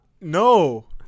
No